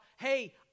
hey